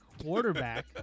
quarterback